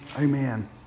Amen